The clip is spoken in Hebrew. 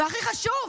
והכי חשוב,